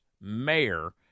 mayor